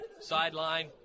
sideline